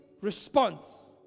response